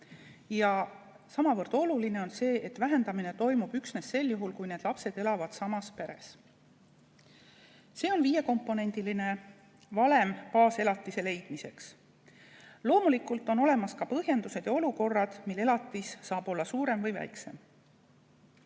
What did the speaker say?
Samavõrra oluline on see, et vähendamine toimub üksnes sel juhul, kui lapsed elavad samas peres. See on viiekomponendiline valem baaselatise leidmiseks. Loomulikult on olemas ka põhjendused ja olukorrad, kui elatis saab olla suurem või väiksem.